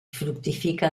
fructifica